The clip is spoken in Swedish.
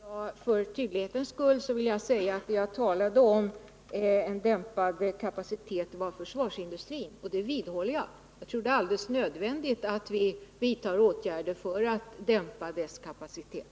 Herr talman! För tydlighetens skull vill jag säga att jag, när jag talade om en dämpad kapacitet, avsåg försvarsindustrin. Jag vidhåller också min uppfattning på den punkten. Jag tror att det är alldeles nödvändigt att vi vidtar åtgärder för att dämpa dess kapacitet.